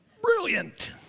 Brilliant